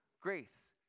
Grace